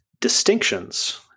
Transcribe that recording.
distinctions